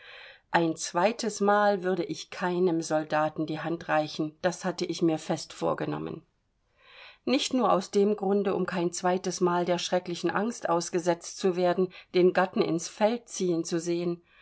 ein zweites mal würde ich keinem soldaten die hand reichen das hatte ich mir fest vorgenommen nicht nur aus dem grunde um kein zweites mal der schrecklichen angst ausgesetzt zu werden den gatten ins feld ziehen zu sehen